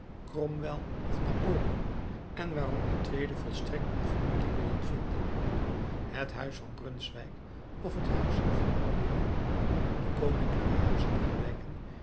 cromwell of napoleon en waarom de tweede volstrekt een familie willen vinden het huis van brunswijk of het huis van orleans de koninklijke huizen gelijken